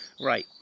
Right